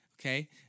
Okay